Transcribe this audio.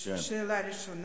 שאלה ראשונה.